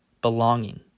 belonging